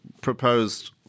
proposed